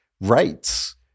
rights-